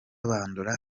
bandora